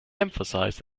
emphasized